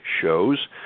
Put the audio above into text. shows